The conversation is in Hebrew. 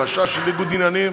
חשש לניגוד עניינים,